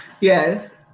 Yes